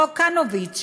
חוק כנוביץ,